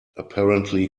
apparently